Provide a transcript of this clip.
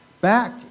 back